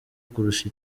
kurusha